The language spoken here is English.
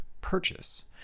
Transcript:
purchase